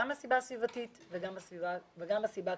גם הסיבה הסביבתית וגם הסיבה הכלכלית.